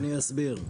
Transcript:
אני אסביר,